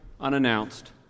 unannounced